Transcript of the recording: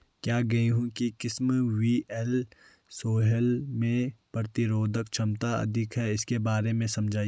क्या गेहूँ की किस्म वी.एल सोलह में प्रतिरोधक क्षमता अधिक है इसके बारे में समझाइये?